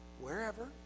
wherever